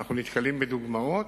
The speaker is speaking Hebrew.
אנחנו נתקלים בדוגמאות.